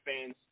fans